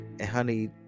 honey